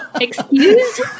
Excuse